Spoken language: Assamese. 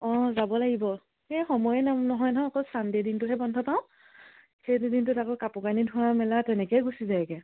অঁ যাব লাগিব সেই সময়ে নহয় নহয় অকল চানডে দিনটোহে বন্ধ পাওঁ সেই দুদিনটোত আকৌ কাপোৰ কানি ধোৱা মেলা তেনেকেই গুচি যায়গে